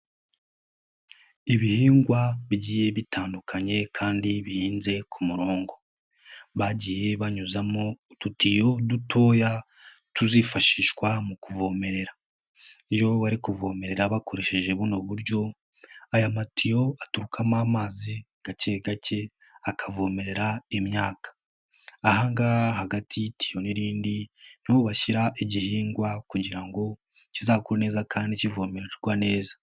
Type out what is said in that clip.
Ibihingwa bigiye bitandukanye kandi bihinze ku murongo, bagiye banyuzamo utudiyo dutoya tuzifashishwa mu kuvomerera, iyo bari kuvomerera bakoresheje buno buryo aya matiyo aturukamo amazi gake gake akavomerera imyaka, aha ngaha hagati y'itiyo n'iyindi ni ho bashyira igihingwa kugira ngo kizakure neza kandi kivomererwa neza.